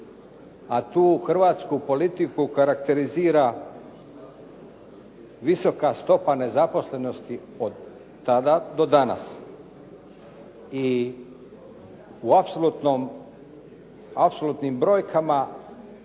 a tu hrvatsku politiku karakterizira visoka stopa nezaposlenosti od tada do danas i u apsolutnim brojkama